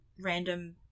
random